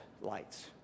lights